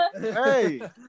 Hey